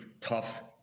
tough